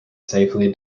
safely